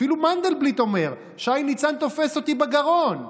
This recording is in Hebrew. אפילו מנדלבליט אומר: שי ניצן תופס אותי בגרון.